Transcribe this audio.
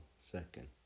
second